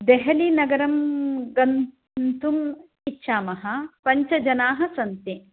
देहलीनगरं गन्तुम् इच्छामः पञ्चजनाः सन्ति